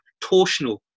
torsional